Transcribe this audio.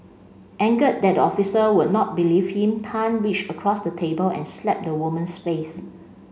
angered that the officer would not believe him Tan reached across the table and slapped the woman's face